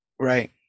Right